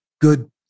good